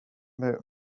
about